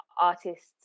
artists